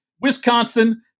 Wisconsin